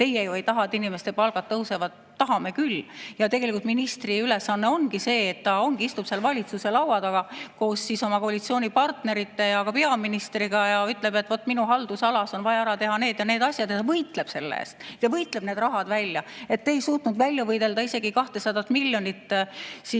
meie ju ei taha, et inimeste palgad tõusevad – tahame küll! Tegelikult ministri ülesanne ongi see, et ta istub valitsuse laua taga koos oma koalitsioonipartnerite ja ka peaministriga ja ütleb, et vaat, minu haldusalas on vaja ära teha need ja need asjad, ja võitleb selle eest, võitleb need rahad välja. Te ei suutnud välja võidelda isegi 200 miljonit